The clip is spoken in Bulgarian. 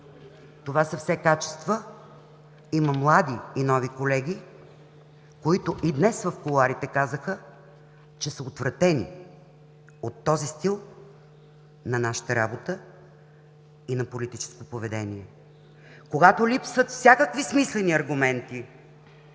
Това са все качества. Има и млади, и нови колеги, които и днес в кулоарите казаха, че са отвратени от този стил на нашата работа и на политическо поведение. Когато липсват смислени аргументи